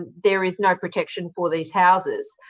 there is no protection for these houses.